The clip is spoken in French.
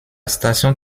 station